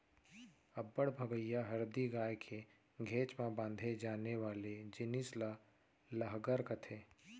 अब्बड़ भगइया हरही गाय के घेंच म बांधे जाने वाले जिनिस ल लहँगर कथें